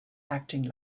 acting